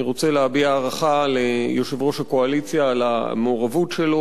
אני רוצה להביע הערכה ליושב-ראש הקואליציה על המעורבות שלו